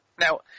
Now –